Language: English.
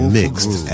mixed